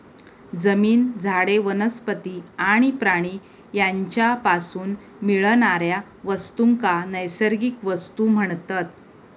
जमीन, झाडे, वनस्पती आणि प्राणी यांच्यापासून मिळणाऱ्या वस्तूंका नैसर्गिक वस्तू म्हणतत